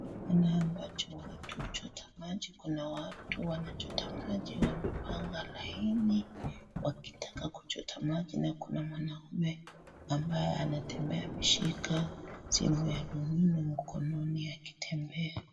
Watu huchota maji, kuna watu huchota maji wamepanga laini wakitaka kuchota maji na kuna mwanaume ambaye anatembea ameshika simu ya rununu mkononi akitembea.